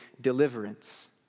deliverance